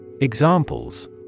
Examples